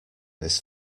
this